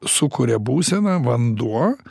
sukuria būseną vanduo